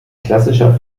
klassischer